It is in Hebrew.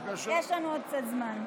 יש לנו עוד קצת זמן.